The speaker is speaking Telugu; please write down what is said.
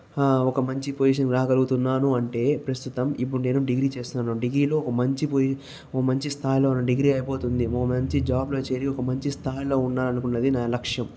ఒక మంచి పొజిషన్ రాగలుగుతున్నాను అంటే ప్రస్తుతం ఇప్పుడు నేను డిగ్రీ చేస్తున్నాను డిగ్రీలో ఒక మంచి పొజి ఓ మంచి స్థాయిలో ఉంటే డిగ్రీ అయిపోతుంది ఓ మంచి జాబ్ లో చేరి ఒక మంచి స్థాయిలో ఉండాలనుకున్నదే నా లక్ష్యం